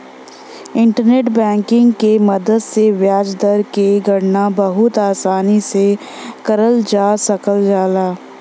internet banking के मदद से ब्याज दर क गणना बहुत आसानी से करल जा सकल जाला